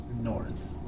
North